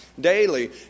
daily